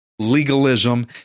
legalism